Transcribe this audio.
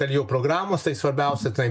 per jau programos tai svarbiausia tai